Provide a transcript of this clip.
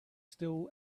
still